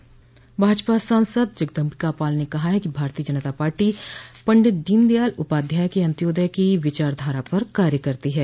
भाजपा सांसद जगदम्बिका पाल ने कहा है कि भारतीय जनता पार्टी पंडित दीनदयाल उपाध्याय के अन्तयोदय की विचार धारा पर कार्य करती है